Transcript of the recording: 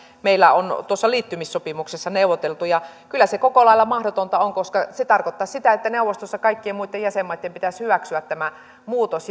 meillä on tuossa liittymissopimuksessa neuvoteltu ja kyllä se koko lailla mahdotonta on koska se tarkoittaisi sitä että neuvostossa kaikkien muitten jäsenmaitten pitäisi hyväksyä tämä muutos